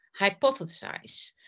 hypothesize